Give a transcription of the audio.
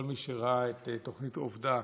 כל מי שראה את התוכנית עובדה